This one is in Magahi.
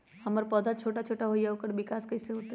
हमर पौधा छोटा छोटा होईया ओकर विकास कईसे होतई?